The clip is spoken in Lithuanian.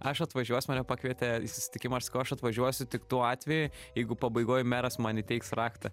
aš atvažiuosiu mane pakvietė į susitikimą aš sakau aš atvažiuosiu tik tuo atveju jeigu pabaigoj meras man įteiks raktą